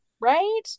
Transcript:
Right